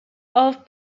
off